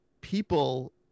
people